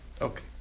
Okay